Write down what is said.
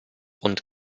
und